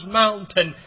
mountain